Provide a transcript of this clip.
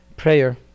Prayer